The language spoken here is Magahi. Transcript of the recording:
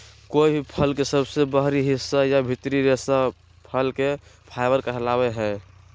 कोय भी फल के सबसे बाहरी हिस्सा या भीतरी रेशा फसल के फाइबर कहलावय हय